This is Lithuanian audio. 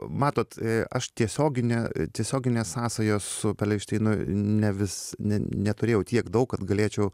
matot aš tiesiogine tiesioginės sąsajos su perelšteinu nevis ne neturėjau tiek daug kad galėčiau